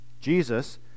Jesus